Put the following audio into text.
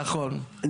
נכון.